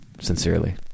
Sincerely